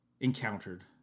encountered